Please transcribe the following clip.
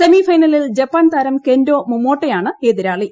സെമിഫൈനലിൽ ജപ്പാൻതാരം കെന്റോ മൊമോട്ടയാണ് എതിരാളി